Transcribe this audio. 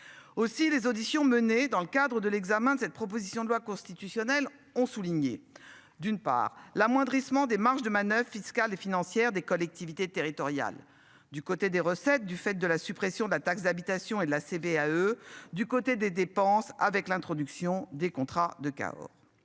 Aussi les auditions menées dans le cadre de l'examen de cette proposition de loi constitutionnelle, ont souligné. D'une part l'amoindrissement des marges de manoeuvre fiscale et financière des collectivités territoriales. Du côté des recettes du fait de la suppression de la taxe d'habitation et de la CVAE. Du côté des dépenses avec l'introduction des contrats de Cahors